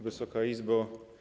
Wysoka Izbo!